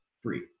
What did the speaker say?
free